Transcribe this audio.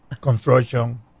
construction